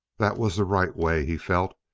that was the right way, he felt.